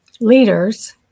leaders